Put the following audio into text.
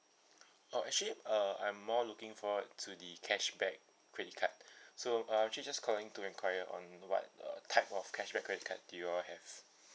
oh actually uh I'm more looking forward to the cashback credit card so uh actually just calling to enquire on what uh type of cashback credit card do you all have